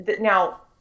Now